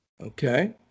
Okay